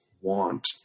want